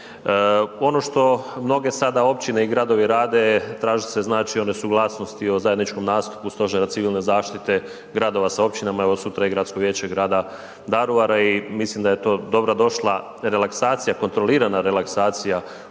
Ono što mnoge sada općine i gradovi rade traže se suglasnosti o zajedničkom nastupu Stožera civilne zaštite gradova sa općinama, evo sutra je Gradsko vijeće grada Daruvara i mislim da je to dobrodošla relaksacija, kontrolirana relaksacija